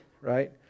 right